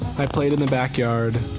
i played in the backyard,